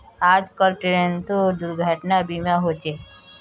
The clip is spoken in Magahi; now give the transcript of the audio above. आजकल ट्रेनतो दुर्घटना बीमा होचे